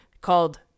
called